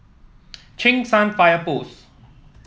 Cheng San Fire Post